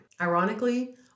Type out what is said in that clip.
Ironically